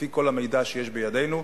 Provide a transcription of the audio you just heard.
לפי כל המידע שיש בידינו,